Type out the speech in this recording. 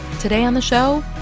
today on the show,